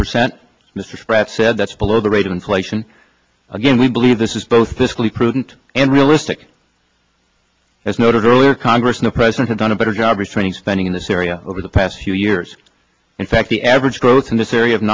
percent mr spratt said that's below the rate of inflation again we believe this is both this really prudent and realistic as noted earlier congress no president has done a better job restraining spending in this area over the past few years in fact the average growth in this area of